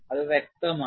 അത് വ്യക്തമാണ്